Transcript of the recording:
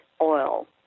oil